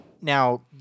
now